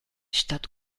stadt